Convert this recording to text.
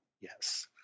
Yes